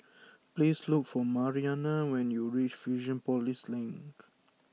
please look for Mariana when you reach Fusionopolis Link